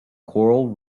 coral